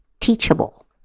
teachable